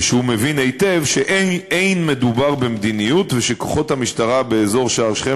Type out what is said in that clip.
ושהוא מבין היטב שאין מדובר במדיניות ושכוחות המשטרה באזור שער שכם